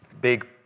big